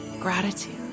gratitude